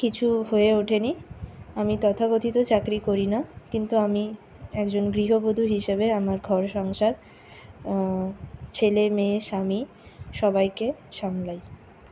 কিছু হয়ে ওঠেনি আমি তথাকথিত চাকরি করিনা কিন্তু আমি একজন গৃহবধূ হিসেবে আমার ঘর সংসার ছেলে মেয়ে স্বামী সবাইকে সামলাই